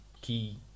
key